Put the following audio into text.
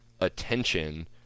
attention